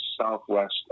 Southwest